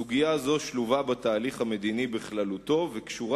סוגיה זו שלובה בתהליך המדיני בכללותו וקשורה